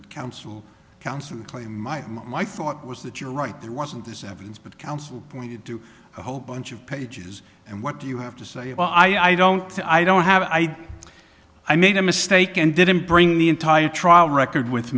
that counsel counsel claim my my thought was that you're right there wasn't this evidence but counsel pointed to a whole bunch of pages and what do you have to say i don't know i don't have i i made a mistake and didn't bring the entire trial record with